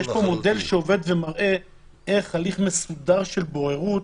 יש פה מודל שעובד ומראה איך הליך מסודר של בוררות,